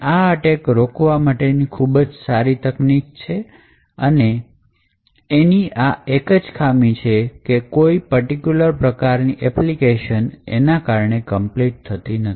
આ અટેક રોકવા એક ખૂબ જ સારી તકનીક છે અને એની આ એક જ ખામી છે કે કોઈ પર્ટિક્યુલર પ્રકારની એપ્લિકેશન એના કારણે complete થતી નથી